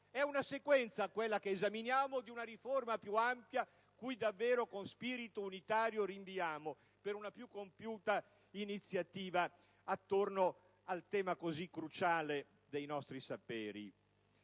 è una sequenza di una riforma più ampia, cui davvero con spirito unitario rinviamo per una più compiuta iniziativa attorno al tema così cruciale dei nostri saperi.